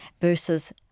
versus